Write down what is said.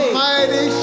mighty